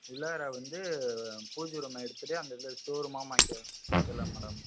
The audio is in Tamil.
உள்ளார வந்து பூஜை ரூமை எடுத்துகிட்டு அந்த இடத்துல ஸ்டோர் ரூமாக ஆக்கி ஆக்கிரலாம் மேடம்